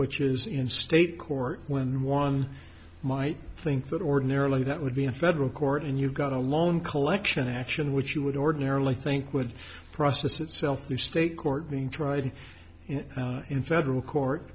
which is in state court when one might think that ordinarily that would be a federal court and you've got a loan collection action which you would ordinarily think would process itself through state court being tried in federal court